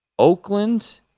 Oakland